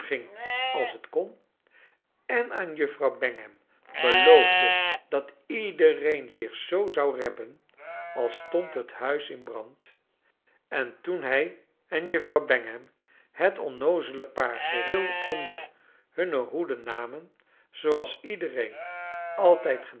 als het ko'n en aan juffrouw bangham beloofde dat iedereen zich zoo zou reppen al stond het huis in brand en toen hij en juffrouw bangham het onnoozele paar geheel onder hunne hoede narnen zooals iedereen altijd